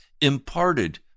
imparted